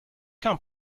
come